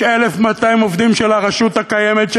יש 1,200 עובדים של הרשות הקיימת,